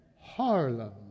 Harlem